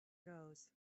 goes